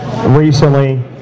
recently